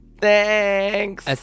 Thanks